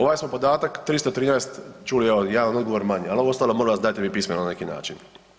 Ovaj smo podatak 313 čuli evo jedan odgovor manje, al ovo ostalo molim vas dajte mi pismeno na neki način.